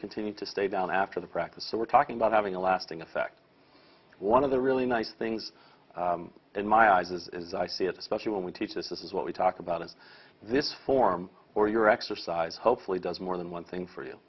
continue to stay down after the practice so we're talking about having a lasting effect one of the really nice things in my eyes is i see it especially when we teach this is what we talk about in this form or your exercise hopefully does more than one thing for you